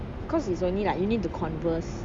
cause it's only like you need to converse